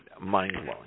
mind-blowing